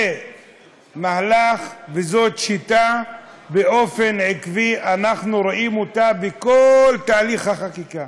זה מהלך וזאת שיטה שבאופן עקבי אנחנו רואים בכל תהליך החקיקה.